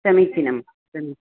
समीचीनं समी